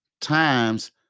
times